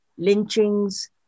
lynchings